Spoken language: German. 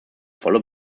volle